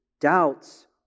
doubts